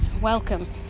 Welcome